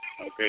Okay